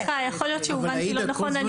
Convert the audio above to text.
סליחה, יכול להיות שהובנתי לא נכון.